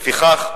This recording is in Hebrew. לפיכך,